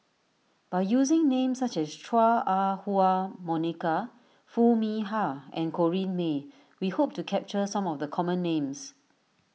by using names such as Chua Ah Huwa Monica Foo Mee Har and Corrinne May we hope to capture some of the common names